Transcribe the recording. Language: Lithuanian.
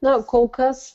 na kol kas